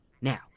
Now